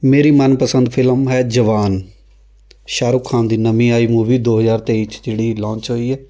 ਮੇਰੀ ਮਨਪਸੰਦ ਫ਼ਿਲਮ ਹੈ ਜਵਾਨ ਸ਼ਾਹਰੁਖ ਖਾਨ ਦੀ ਨਵੀਂ ਆਈ ਮੂਵੀ ਦੋ ਹਜ਼ਾਰ ਤੇਈ 'ਚ ਜਿਹੜੀ ਲਾਂਚ ਹੋਈ ਹੈ